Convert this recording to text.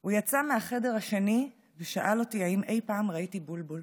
הוא יצא מהחדר השני ושאל אותי אם אי-פעם ראיתי בולבול.